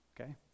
Okay